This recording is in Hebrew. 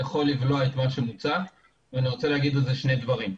יכול לבלוע את מה שמוצע ואני רוצה להגיד על זה שני דברים.